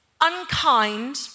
unkind